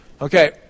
Okay